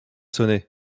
sonné